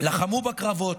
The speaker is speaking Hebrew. שלחמו בקרבות,